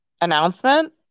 announcement